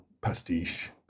pastiche